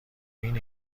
این